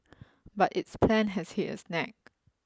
but its plan has hit a snag